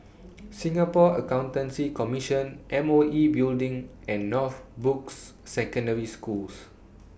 Singapore Accountancy Commission M O E Building and Northbrooks Secondary Schools